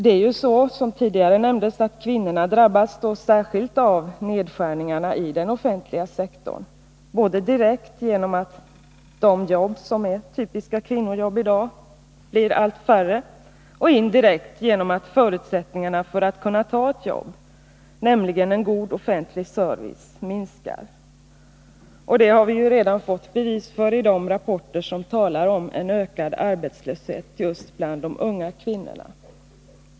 Det är ju så, som tidigare nämnts, att kvinnorna drabbas särskilt av nedskärningarna i den offentliga sektorn, både direkt genom att de jobb som är typiska kvinnojobb i dag blir allt färre och indirekt genom att förutsättningarna för att kunna ta ett jobb, nämligen en god offentlig service, minskar. Det har vi ju redan fått bevis för i de rapporter som talar om en ökad arbetslöshet just bland de unga kvinnorna.